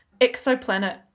Exoplanet